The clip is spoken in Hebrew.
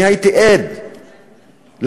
אני הייתי עד לתלונות,